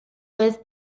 with